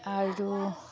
আৰু